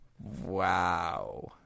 Wow